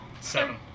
Seven